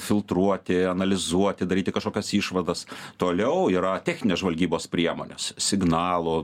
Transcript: filtruoti analizuoti daryti kažkokias išvadas toliau yra techninės žvalgybos priemonės signalo